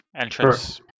entrance